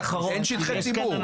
שטחי ציבור.